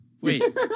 wait